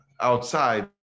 outside